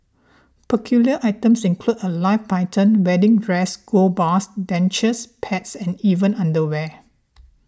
peculiar items include a live python wedding dresses gold bars dentures pets and even underwear